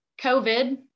COVID